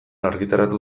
argitaratu